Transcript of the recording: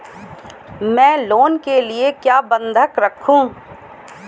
मैं लोन के लिए क्या बंधक रखूं?